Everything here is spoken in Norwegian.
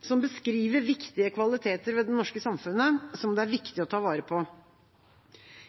som beskriver viktige kvaliteter ved det norske samfunnet som det er viktig å ta vare på.